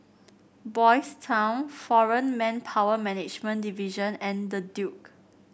Boys' Town Foreign Manpower Management Division and The Duke